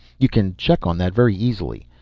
you can check on that very easily.